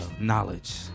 knowledge